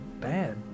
bad